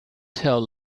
tell